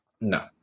no